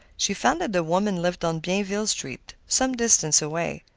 she found that the woman lived on bienville street, some distance away.